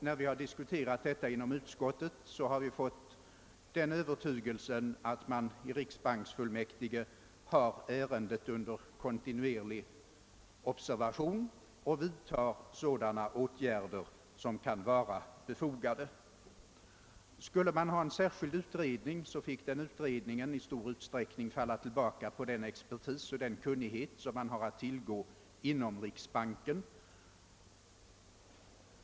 När vi diskuterat denna fråga i bankoutskottet har vi blivit övertygade om att riksbanksfullmäktige har ärendet under kontinuerlig observation och vidtar sådana åtgärder som:kan vara befogade. Om en särskild utredning tillsätts, får den i stor utsträckning falla tillbaka på den expertis och kunnighet som nu finns inom riksbanken.